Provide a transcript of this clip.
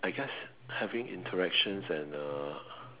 I guess having interactions and uh